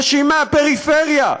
נשים מהפריפריה,